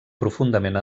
profundament